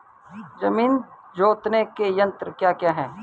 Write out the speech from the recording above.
जमीन जोतने के यंत्र क्या क्या हैं?